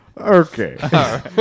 Okay